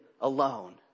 alone